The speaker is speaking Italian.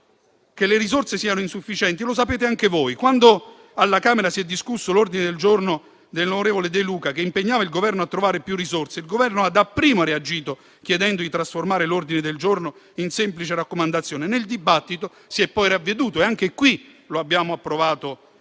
che le risorse siano insufficienti lo sapete anche voi, onorevoli colleghi. Quando alla Camera dei deputati si è discusso l'ordine del giorno dell'onorevole De Luca, che impegnava il Governo a trovare più risorse, il Governo ha dapprima reagito chiedendo di trasformare l'ordine del giorno in semplice raccomandazione. Nel dibattito si è poi ravveduto. Anche qui abbiamo approvato